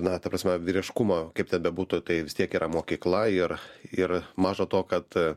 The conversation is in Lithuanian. na ta prasme vyriškumo kaip ten bebūtų tai vis tiek yra mokykla ir ir maža to kad